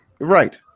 Right